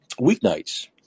weeknights